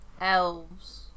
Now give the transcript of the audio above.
elves